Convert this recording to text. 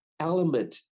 Element